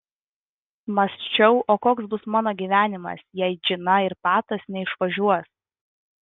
mąsčiau o koks bus mano gyvenimas jei džina ir patas neišvažiuos